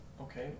Okay